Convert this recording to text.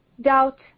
doubt